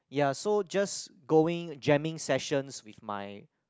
ya so just going jamming sessions with my